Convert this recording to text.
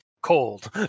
cold